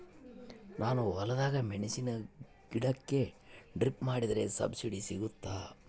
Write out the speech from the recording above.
ನಾನು ಹೊಲದಾಗ ಮೆಣಸಿನ ಗಿಡಕ್ಕೆ ಡ್ರಿಪ್ ಮಾಡಿದ್ರೆ ಸಬ್ಸಿಡಿ ಸಿಗುತ್ತಾ?